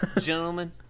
Gentlemen